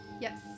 Yes